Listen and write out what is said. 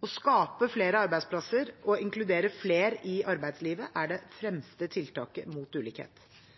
Å skape flere arbeidsplasser og inkludere flere i arbeidslivet er det fremste tiltaket mot ulikhet.